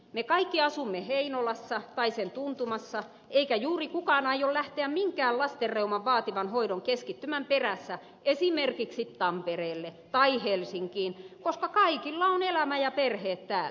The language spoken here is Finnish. me kaikki asumme heinolassa tai sen tuntumassa eikä juuri kukaan aio lähteä minkään lastenreuman vaativan hoidon keskittymän perässä esimerkiksi tampereelle tai helsinkiin koska kaikilla on elämä ja perheet täällä